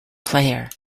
player